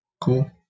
cool